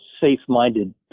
safe-minded